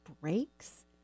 breaks